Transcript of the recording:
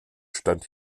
stand